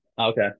okay